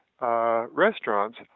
restaurants